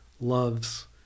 loves